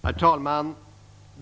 Herr talman!